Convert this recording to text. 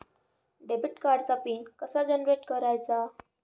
Debit कार्डचा pin कसा generate करायचा?